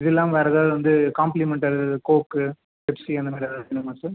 இதில்லாமல் வேறு ஏதாவது வந்து காம்ப்ளிமெண்ட்டல் கோக்கு பெப்சி அந்தமாதிரி ஏதாது வேணுமா சார்